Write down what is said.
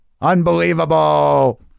unbelievable